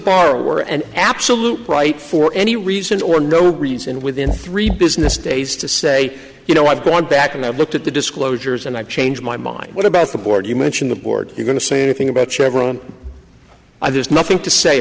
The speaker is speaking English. borrower an absolute right for any reason or no reason within three business days to say you know i've gone back and i've looked at the disclosures and i've changed my mind what about the board you mention the board you're going to say anything about i there's nothing to say